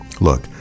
Look